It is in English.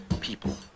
people